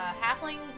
halfling